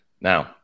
Now